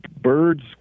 birds